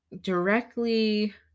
directly